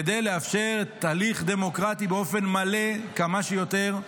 כדי לאפשר תהליך דמוקרטי באופן מלא כמה שיותר.